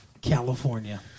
California